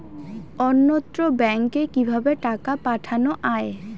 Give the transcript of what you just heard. অন্যত্র ব্যংকে কিভাবে টাকা পাঠানো য়ায়?